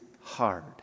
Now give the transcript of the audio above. hard